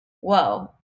whoa